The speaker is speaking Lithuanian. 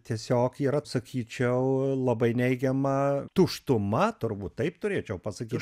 tiesiog yra sakyčiau labai neigiama tuštuma turbūt taip turėčiau pasakyt